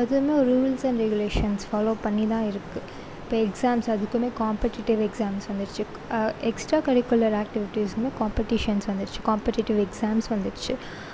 அதுவும் rules and regulations follow பண்ணி தான் இருக்கு இப்போ எக்ஸாம்ஸ் அதுக்கும் காம்படேட்டிவ் எக்ஸாம்ஸ் வந்துருச்சு எக்ஸ்ட்ரா கரிக்குலர் ஆக்டிவிட்டீஸ்லேயும் காம்படீஷன் வந்துருச்சு காம்படேட்டிவ் எக்ஸாம்ஸ் வந்துருச்சு